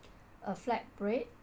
a flatbread